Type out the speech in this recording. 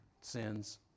sins